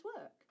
work